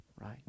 right